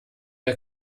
der